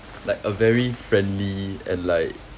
like a very friendly and like